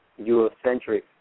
Eurocentric